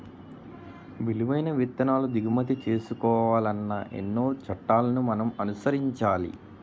విలువైన విత్తనాలు దిగుమతి చేసుకోవాలన్నా ఎన్నో చట్టాలను మనం అనుసరించాలి